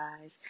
guys